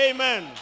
Amen